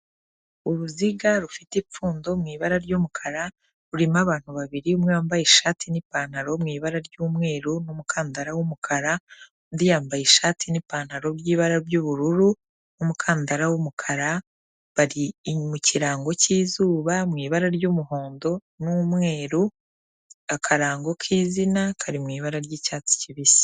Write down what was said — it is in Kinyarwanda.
Uruziga rufite ipfundo mu ibara ry'umukara, rurimo abantu babiri, umwe wambaye ishati n'ipantaro mu ibara ry'umweru n'umukandara w'umukara, undi yambaye ishati n'ipantaro by'ibara ry'ubururu n'umukandara w'umukara, bari mu kirango cy'izuba mu ibara ry'umuhondo n'umweru, akarango k'izina kari mu ibara ry'icyatsi kibisi.